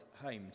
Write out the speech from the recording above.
home